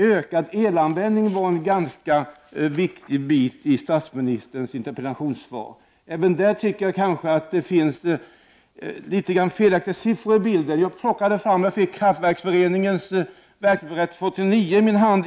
Ökad elanvändning var en ganska viktig del i statsministerns interpellationssvar. Även i fråga om detta tycker jag att det finns en del felaktiga siffror. Jag fick i går Kraftverksföreningens verksamhetsberättelse för 1989 i min hand.